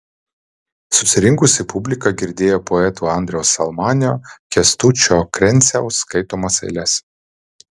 susirinkusi publika girdėjo poetų andriaus almanio kęstučio krenciaus skaitomas eiles